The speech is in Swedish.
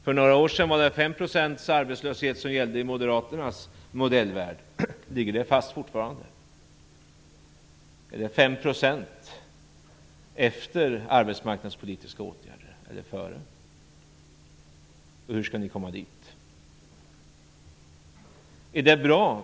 För några år sedan var det 5 % arbetslöshet som gällde i Moderaternas modellvärld. Ligger det fortfarande fast? Är det 5 % efter arbetsmarknadspolitiska åtgärder, eller är det före? Hur skall ni komma dit?